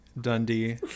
Dundee